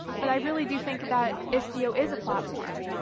but i really do think that istio is a platform.